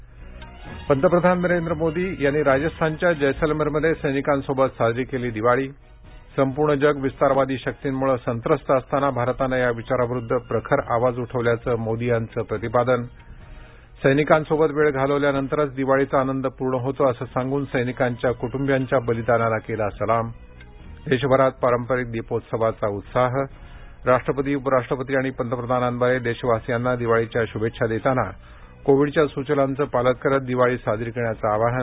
संदेशात म्हटलं आहे शेवटी पुन्हा ठळक बातम्या पंतप्रधान नरेन्द्र मोदी यांनी राजस्थानच्या जैसलमेरमध्ये सैनिकांसोबत साजरी केली दिवाळी संपूर्ण जग विस्तारवादी शर्किंमुळे संत्रस्त असताना भारतानं या विचाराविरुद्ध प्रखर आवाज उठवल्याचं मोदी यांचं प्रतिपादन सैनिकांसोबत वेळ घालवल्यानंतरच दिवाळीचा आनंद पूर्ण होतो असं सांगून सैनिकांच्या कुटुंबियांच्या बलिदानाला केला सलाम देशभरात पारंपरिक दीपोत्सवाचा उत्साह राष्ट्रपति उपराष्ट्रपति आणि पंतप्रधानांद्वारे देशवासियांना दिवाळीच्या शुभेच्छा देताना कोविडच्या सूचनांचं पालन करत दिवाळी साजरी करण्याचं आवाहन